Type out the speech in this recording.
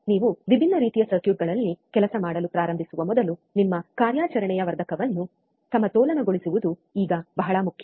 ನೀವು ವಿಭಿನ್ನ ರೀತಿಯ ಸರ್ಕ್ಯೂಟ್ಗಳಲ್ಲಿ ಕೆಲಸ ಮಾಡಲು ಪ್ರಾರಂಭಿಸುವ ಮೊದಲು ನಿಮ್ಮ ಕಾರ್ಯಾಚರಣೆಯ ವರ್ಧಕವನ್ನು ಸಮತೋಲನಗೊಳಿಸುವುದು ಈಗ ಬಹಳ ಮುಖ್ಯ